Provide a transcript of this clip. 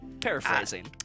paraphrasing